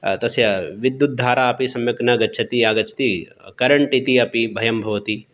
तस्य विद्युद्धारा अपि सम्यक् न गच्छति आगच्छति करेण्ट् इति अपि भयं भवति